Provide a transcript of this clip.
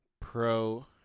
pro